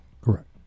Correct